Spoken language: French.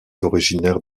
originaire